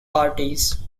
parties